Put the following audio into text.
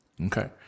Okay